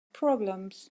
problems